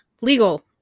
Legal